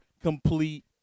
complete